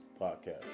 podcast